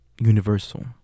universal